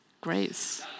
grace